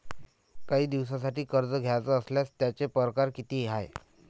कायी दिसांसाठी कर्ज घ्याचं असल्यास त्यायचे परकार किती हाय?